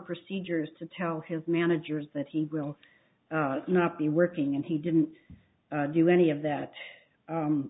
procedures to tell his managers that he will not be working and he didn't do any of that